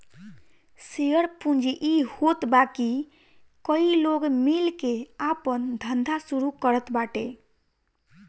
share पूंजी इ होत बाकी कई लोग मिल के आपन धंधा शुरू करत बाटे